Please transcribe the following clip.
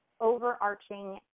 overarching